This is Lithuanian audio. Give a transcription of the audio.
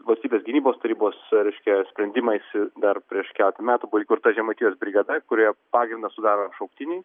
valstybės gynybos tarybos reiškia sprendimais dar prieš keletą metų buvo įkurta žemaitijos brigada kurioje pagrindą sudaro šauktiniai